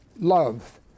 love